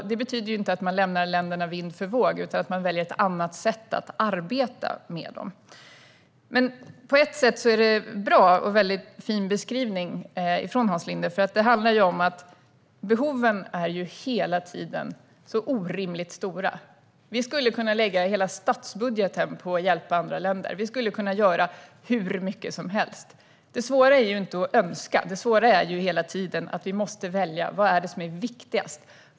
Detta betyder inte att vi lämnar länderna vind för våg, utan snarare att man väljer ett annat sätt att arbeta med dem. På ett sätt är det här en väldigt fin beskrivning från Hans Linde. Behoven är hela tiden orimligt stora. Vi skulle kunna lägga hela statsbudgeten på att hjälpa andra länder. Vi skulle kunna göra hur mycket som helst. Det svåra är inte att önska, utan det svåra är att vi hela tiden måste välja vad som är viktigast.